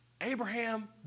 Abraham